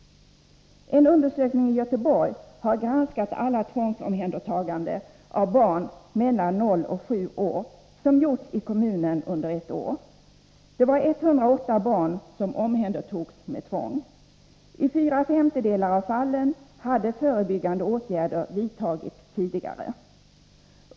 En undersökning har gjorts i Göteborg, varvid man har granskat alla tvångsomhändertaganden under ett år i kommunen av barn mellan noll och sju år. Det var 108 barn som omhändertogs med tvång. I fyra femtedelar av fallen hade förebyggande åtgärder vidtagits tidigare.